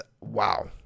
Wow